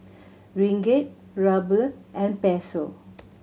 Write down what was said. Ringgit Ruble and Peso